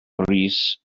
brys